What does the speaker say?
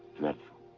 dreadful.